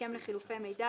הסכם לחילופי מידע,